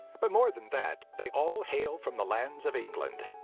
but more than that, they all hail from the lands of england.